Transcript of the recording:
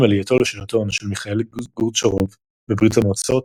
עם עלייתו לשלטון של מיכאיל גורבצ'וב בברית המועצות,